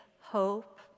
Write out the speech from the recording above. hope